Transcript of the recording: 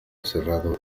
cerrado